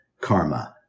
karma